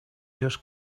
just